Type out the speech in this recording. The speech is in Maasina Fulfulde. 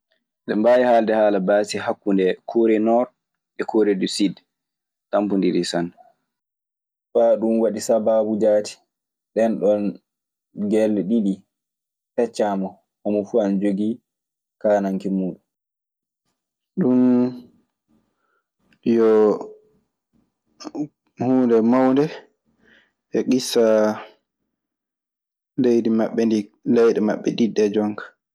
Hendem bawi halde halla bassi yakunɗe kore nore e kore du sude, tampodiri sanne. Faa ɗun waɗi sabaabu jaati ɗenɗon gelle ɗiɗi peccaama, homo fuu ana jogii kaananke muuɗun. Ɗun yo huunde mawnde e issaa leydi maɓɓe ndii, leyɗe maɓɓe ɗiɗi ɗee jonkaa.